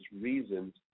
reasons